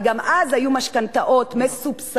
וגם אז היו משכנתאות מסובסדות,